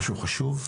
משהו חשוב?